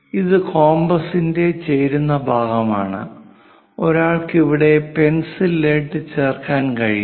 ഇത് കോമ്പസിന്റെ ചേരുന്ന ഭാഗമാണ് ഒരാൾക്ക് ഇവിടെ പെൻസിൽ ലെഡ് ചേർക്കാൻ കഴിയും